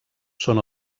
són